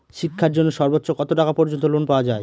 শিক্ষার জন্য সর্বোচ্চ কত টাকা পর্যন্ত লোন পাওয়া য়ায়?